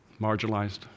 marginalized